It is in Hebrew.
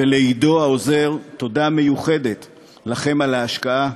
ולעידו העוזר, תודה מיוחדת לכם על ההשקעה,